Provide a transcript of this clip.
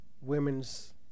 women's